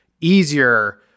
easier